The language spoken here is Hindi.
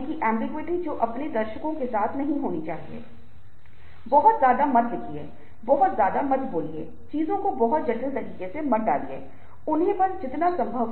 क्योंकि ध्वनियाँ चीजों को प्रासंगिक बना सकती हैं लेकिन हम आम तौर पर ध्वनियों का उपयोग नहीं करते हैं दूसरी ओर संगीत हमारे जीवन में बहुत महत्वपूर्ण भूमिका निभाता है